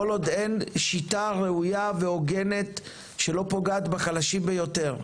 עוד אין שיטה ראויה והוגנת שלא פוגעת בחלשים ביותר,